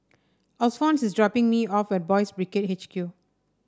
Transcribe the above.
Alphons is dropping me off at Boys' Brigade H Q